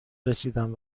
رسیدن